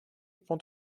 pont